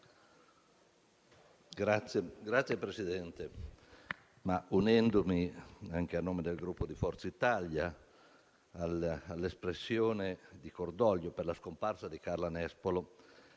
Signor Presidente, unendomi, anche a nome del Gruppo Forza Italia, all'espressione di cordoglio per la scomparsa di Carla Nespolo,